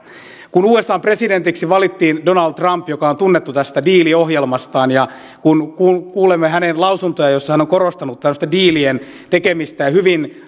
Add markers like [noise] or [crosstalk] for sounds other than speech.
kun usan presidentiksi valittiin donald trump joka on tunnettu tästä diili ohjelmastaan ja kun kun kuulemme hänen lausuntojaan joissa hän on korostanut tämmöistä diilien tekemistä ja hyvin [unintelligible]